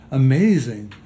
amazing